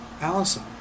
Allison